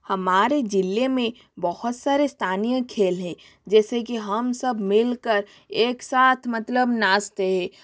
हमारे जिले में बहुत सारे स्थानीय खेल है जैसे कि हम सब मिलकर एक साथ मतलब नाचते है